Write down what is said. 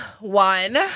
one